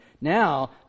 now